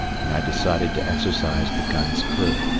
and i decided to exercise the gun's crew,